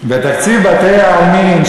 בתקציב בתי-העלמין,